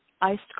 iced